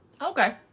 Okay